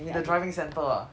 in the driving centre ah